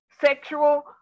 sexual